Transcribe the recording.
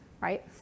right